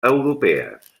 europees